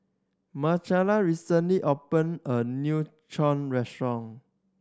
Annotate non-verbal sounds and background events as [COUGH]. Marcela recently opened a new [UNINTELLIGIBLE] restaurant